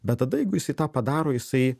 bet tada jeigu jisai tą padaro jisai